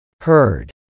heard